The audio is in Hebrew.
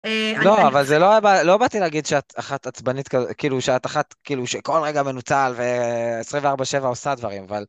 לא אבל זה לא היה לא באתי להגיד שאת אחת עצבנית כאילו שאת אחת כאילו שכל רגע מנוצל 24/7 עושה דברים אבל.